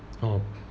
oh